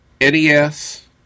NES